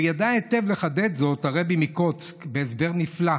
וידע לחדד זאת היטב הרבי מקוצק בהסבר נפלא: